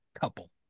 couple